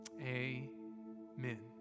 Amen